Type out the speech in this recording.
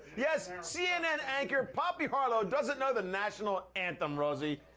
yes, cnn anchor, poppy harlow doesn't know the national anthem, rosie.